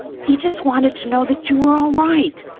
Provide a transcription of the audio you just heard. he just wanted to know that you were all right.